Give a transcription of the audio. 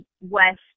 West